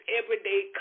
everyday